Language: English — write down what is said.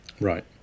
Right